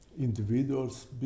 individuals